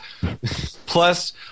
Plus